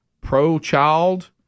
pro-child